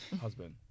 husband